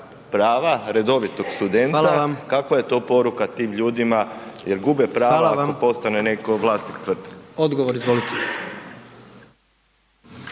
prava redovitog studenta, kakva je to poruka tim ljudima jer gube prava ako postane netko vlasnik tvrtke. **Jandroković,